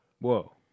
Whoa